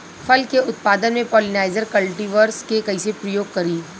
फल के उत्पादन मे पॉलिनाइजर कल्टीवर्स के कइसे प्रयोग करी?